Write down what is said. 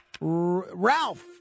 Ralph